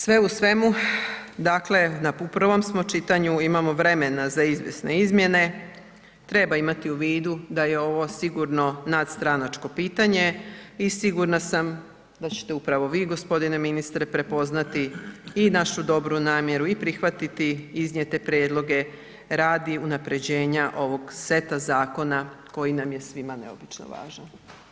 Sve u svemu, dakle u prvom smo čitanju, imamo vremena za izvjesne izmjene treba imati u vidu da je ovo sigurno nadstranačko pitanje i sigurna sam da ćete upravo vi gospodine ministre prepoznati i našu dobru namjeru i prihvatiti iznijete prijedloge radi unapređenja ovog seta zakona koji nam je svima neobično važan.